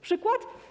Przykład?